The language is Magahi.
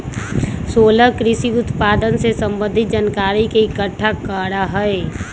सोहेल कृषि उत्पादन से संबंधित जानकारी के इकट्ठा करा हई